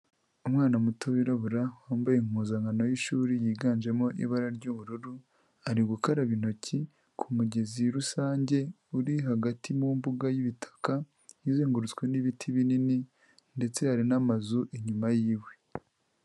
Umwana muto wirabura, wambaye impuzankano y'ishuri yiganjemo ibara ry'ubururu, ari gukaraba intoki ku mugezi rusange, uri hagati mu mbuga y'ibitaka, izengurutswe n'ibiti binini ndetse hari n'amazu inyuma yiwe.